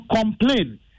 complain